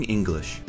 English